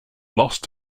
lost